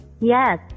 Yes